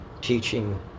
teaching